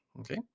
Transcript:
okay